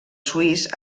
suís